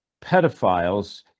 pedophiles